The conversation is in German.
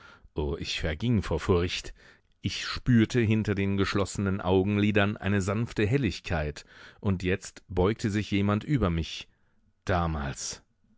ich verging vor furcht ich spürte hinter den geschlossenen augenlidern eine sanfte helligkeit und jetzt beugte sich jemand über mich damals